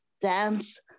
dance